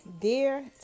dear